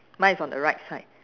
mine is on the right side